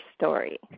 story